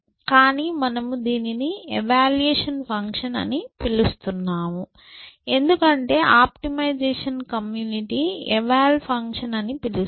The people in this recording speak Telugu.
కానీ మనము దీనిని ఎవాల్యూయేషన్ ఫంక్షన్ అని పిలుస్తున్నాము ఎందుకంటే ఆప్టిమైజేషన్ కమ్యూనిటీ ఎవాల్ ఫంక్షన్ అని పిలుస్తుంది